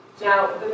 Now